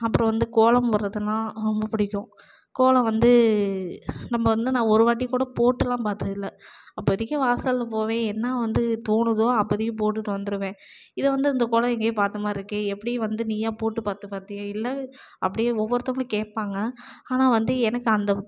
அப்புறம் வந்து கோலம் போடுறதுனா ரொம்ப பிடிக்கும் கோலம் வந்து நம்ம வந்து நான் ஒரு வாட்டி கூட போட்டுலாம் பார்த்தது இல்லை அப்போதைக்கு வாசலில் போவேன் என்ன வந்து தோணுதோ அப்போதைக்கு போட்டுட்டு வந்துடுவேன் இதை வந்து இந்த கோலம் எங்கேயோ பார்த்த மாதிரி இருக்கே எப்படி வந்து நீயா போட்டு பார்த்து பார்த்தியா இல்லை அப்படியே ஒவ்வொருத்தங்களும் கேட்பாங்க ஆனால் வந்து எனக்கு அந்த